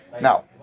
Now